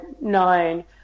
nine